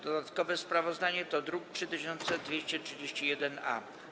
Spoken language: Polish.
Dodatkowe sprawozdanie to druk nr 3231-A.